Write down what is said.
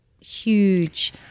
huge